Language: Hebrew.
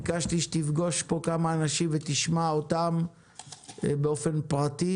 ביקשתי שתפגוש פה כמה אנשים ותשמע אותם באופן פרטי.